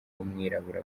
w’umwirabura